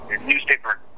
newspaper